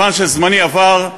ומכיוון שזמני עבר,